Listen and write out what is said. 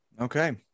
Okay